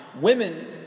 women